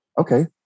Okay